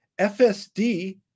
FSD